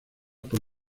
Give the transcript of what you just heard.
por